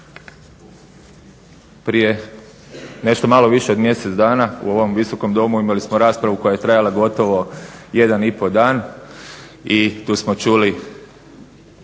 Prije nešto malo više od mjesec dana u ovom Visokom domu imali smo raspravu koja je trajala gotovo jedan i pol dan i tu smo čuli